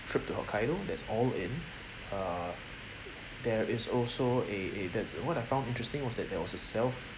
trip to hokkaido that's all in uh there is also a a there's what I found interesting was that there was a self